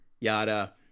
yada